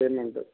enter